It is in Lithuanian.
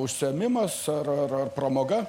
užsiėmimas ar ar pramoga